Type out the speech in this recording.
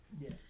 Yes